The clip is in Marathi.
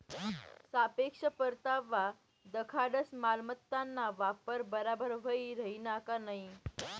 सापेक्ष परतावा दखाडस मालमत्ताना वापर बराबर व्हयी राहिना का नयी